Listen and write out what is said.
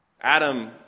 Adam